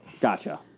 Gotcha